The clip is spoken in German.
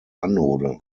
anode